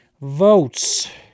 votes